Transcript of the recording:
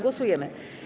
Głosujemy.